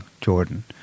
Jordan